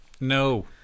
No